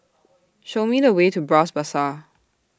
Show Me The Way to Bras Basah